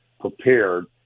prepared